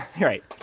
right